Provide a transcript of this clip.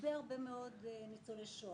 הרבה מאוד ניצולי שואה,